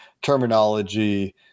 terminology